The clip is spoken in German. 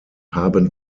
haben